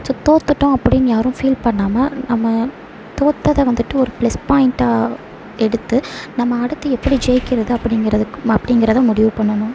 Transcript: so தோற்றுட்டோம் அப்படின் யாரும் ஃபீல் பண்ணாமல் நம்ம தோற்றத வந்துட்டு ஒரு ப்ளஸ் பாயிண்ட்டாக எடுத்து நம்ம அடுத்து எப்படி ஜெயிக்கிறது அப்படிங்கிறதுக்கும் மா அப்படிங்கிறத முடிவு பண்ணணும்